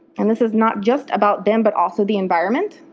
and this is not just about them, but also the environment,